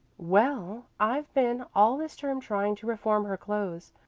well, i've been all this term trying to reform her clothes,